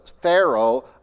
Pharaoh